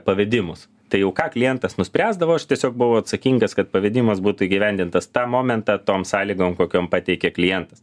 pavedimus tai jau ką klientas nuspręsdavo aš tiesiog buvau atsakingas kad pavedimas būtų įgyvendintas tą momentą tom sąlygom kokiom pateikė klientas